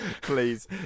Please